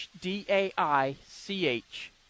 D-A-I-C-H